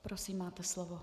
Prosím, máte slovo.